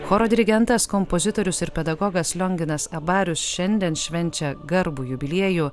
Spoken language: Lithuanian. choro dirigentas kompozitorius ir pedagogas lionginas abarius šiandien švenčia garbų jubiliejų